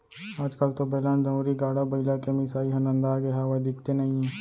आज कल तो बेलन, दउंरी, गाड़ा बइला के मिसाई ह नंदागे हावय, दिखते नइये